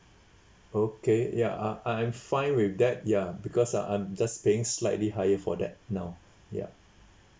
okay ya uh I am fine with that ya because I I'm just paying slightly higher for that now ya